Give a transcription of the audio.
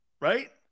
right